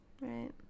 right